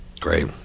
Great